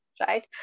Right